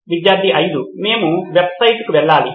విద్యార్థి 5 మేము వెబ్సైట్కు వెళ్ళాలి